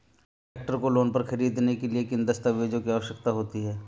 Tractor को loan पर खरीदने के लिए किन दस्तावेज़ों की आवश्यकता होती है?